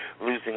losing